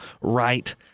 right